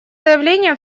заявление